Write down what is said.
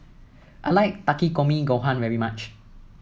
I like Takikomi Gohan very much